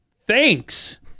thanks